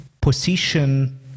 position